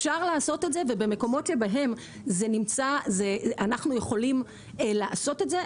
אפשר לעשות את זה ובמקומות שבהם אנחנו יכולים לעשות את זה,